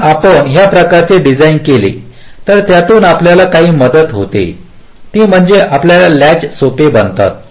म्हणून आपण या प्रकारचे डिझाइन केले तर त्यातून आपल्याला काय मदत होते ते म्हणजे आपल्या लॅच सोपे बनतात